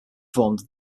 performed